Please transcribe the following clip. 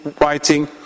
writing